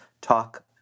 Talk